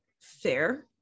fair